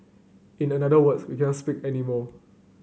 in another words we can't speak anymore